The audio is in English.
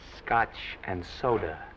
scotch and soda